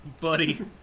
Buddy